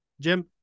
Jim